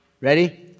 Ready